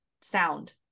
sound